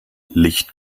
licht